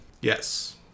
Yes